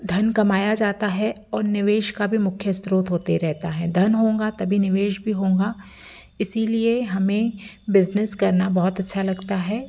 धन कमाया जाता है और निवेश का भी मुख्य स्त्रोत होते रहता है धन होगा तभी निवेश भी होगा इसी लिए हमें बिज़नेस करना बहुत अच्छा लगता है